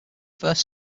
first